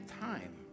time